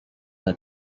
the